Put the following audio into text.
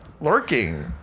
Lurking